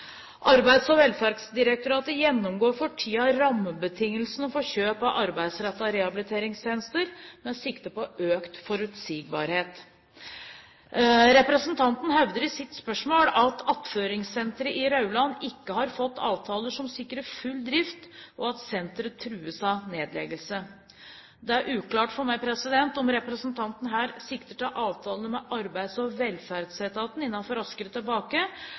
Arbeids- og velferdsdirektoratet gjennomgår for tiden rammebetingelsene for kjøp av arbeidsrettede rehabiliteringstjenester med sikte på økt forutsigbarhet. Representanten hevder i sitt spørsmål at Attføringssenteret i Rauland ikke har fått avtaler som sikrer full drift, og at senteret trues av nedleggelse. Det er uklart for meg om representanten her sikter til avtalen med Arbeids- og velferdsetaten innenfor ordningen Raskere tilbake,